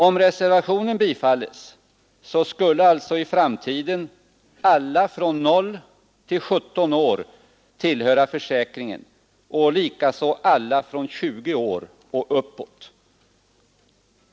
Om reservationen bifalles, skulle alltså i framtiden alla från O till 17 år tillhöra försäkringen, och likaså alla från 20 år och uppåt.